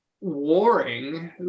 warring